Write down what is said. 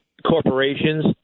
corporations